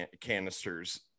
canisters